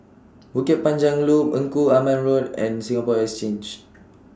Bukit Panjang Loop Engku Aman Road and Singapore Exchange